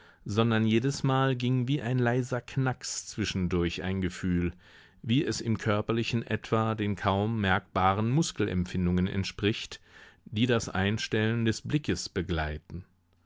sondern jedesmal ging wie ein leiser knacks zwischendurch ein gefühl wie es im körperlichen etwa den kaum merkbaren muskelempfindungen entspricht die das einstellen des blickes begleiten